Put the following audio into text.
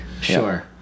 Sure